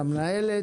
למנהלת,